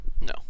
No